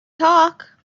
talk